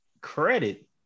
credit